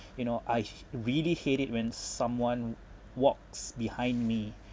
you know I really hate it when someone walks behind me